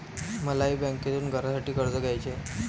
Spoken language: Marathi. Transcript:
मलाही बँकेतून घरासाठी कर्ज घ्यायचे आहे